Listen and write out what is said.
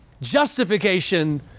Justification